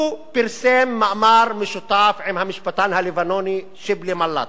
הוא פרסם מאמר משותף עם המשפטן הלבנוני שיבלי מאלאט,